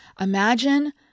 Imagine